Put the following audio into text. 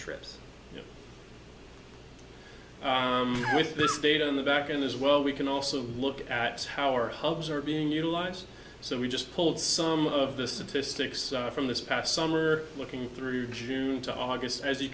trips with this data in the back and as well we can also look at how our hubs are being utilized so we just pulled some of the statistics from this past summer looking through june to august as you